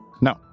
No